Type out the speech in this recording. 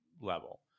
level